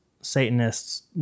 Satanists